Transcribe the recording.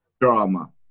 drama